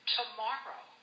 tomorrow